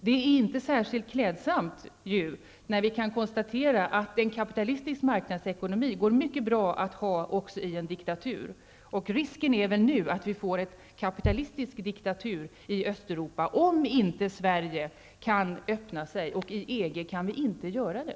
Det är inte särskilt klädsamt när vi kan konstatera att en kapitalistisk marknadsekonomi gått mycket bra att ha också i en diktatur. Risken är nu att vi får en kapitalistisk diktatur i Östeuropa, om inte Sverige kan öppna sig. I EG kan vi inte göra det.